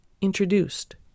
Introduced